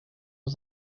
was